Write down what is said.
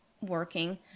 working